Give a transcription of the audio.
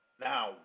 Now